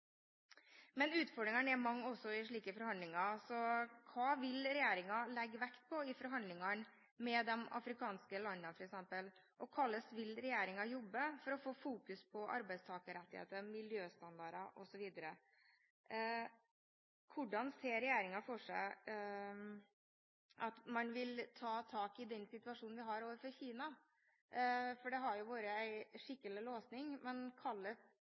Men utfordringene er mange også i slike forhandlinger, så hva vil regjeringen legge vekt på i forhandlingene med f.eks. de afrikanske landene? Og hvordan vil regjeringen jobbe for å få fokus på arbeidstakerrettighetene, miljøstandarder osv.? Hvordan ser regjeringen for seg at man vil ta tak i den situasjonen vi har overfor Kina? Her har det jo vært en skikkelig låst situasjon, men